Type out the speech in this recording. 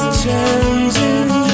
changing